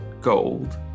gold